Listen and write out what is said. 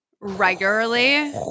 regularly